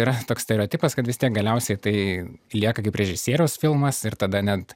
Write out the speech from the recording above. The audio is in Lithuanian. yra toks stereotipas kad vis tiek galiausiai tai lieka kaip režisieriaus filmas ir tada net